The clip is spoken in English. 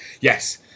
Yes